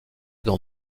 dans